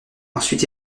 ensuite